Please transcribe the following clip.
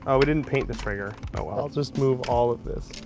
ah we didn't paint the trigger. oh well. i'll just move all of this.